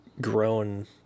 grown